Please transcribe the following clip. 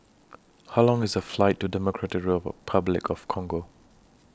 How Long IS The Flight to Democratic Republic of Congo